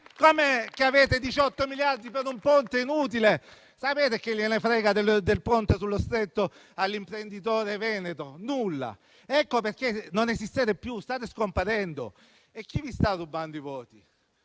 Com'è che avete 18 miliardi per un ponte inutile? Sapete che gliene frega del Ponte sullo Stretto all'imprenditore veneto? Nulla. Ecco perché non esistete più, state scomparendo. E chi vi sta rubando i voti?